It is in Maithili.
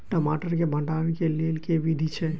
टमाटर केँ भण्डारण केँ लेल केँ विधि छैय?